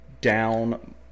down